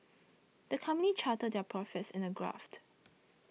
the company charted their profits in a graph